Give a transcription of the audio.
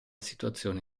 situazione